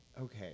Okay